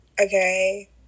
Okay